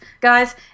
guys